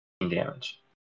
damage